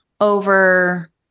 over